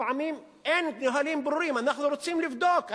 לפעמים אין נהלים ברורים, אנחנו רוצים לבדוק.